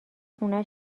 خونه